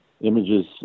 images